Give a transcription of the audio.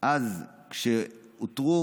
אז כשהותרו